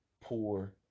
poor